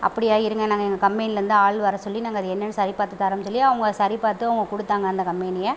அப்படியா இருங்க நாங்கள் எங்கள் கம்பேனியிலேருந்து ஆள் வர சொல்லி நாங்கள் அது என்னெனனு சரி பார்த்து தரோம் சொல்லி அவங்க சரி பார்த்து அவங்க கொடுத்தாங்க அந்த கம்பேனியே